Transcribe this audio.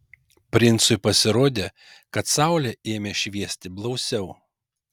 princui pasirodė kad saulė ėmė šviesti blausiau